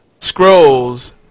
Scrolls